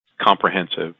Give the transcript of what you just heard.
Comprehensive